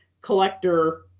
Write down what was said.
collector